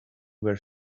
where